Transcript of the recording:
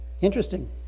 Interesting